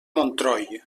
montroi